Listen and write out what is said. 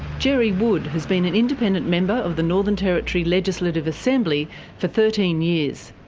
gerry wood has been an independent member of the northern territory legislative assembly for thirteen years.